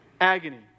Agony